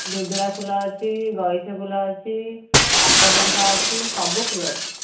ଦୁଦୁରା ଫୁଲ ଅଛି ଗଇସ ଫୁଲ ଅଛି ନାଗଚମ୍ପା ଅଛି ସବୁ ଫୁଲ ଅଛି